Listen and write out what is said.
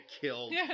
killed